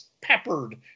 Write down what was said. peppered